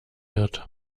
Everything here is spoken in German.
wird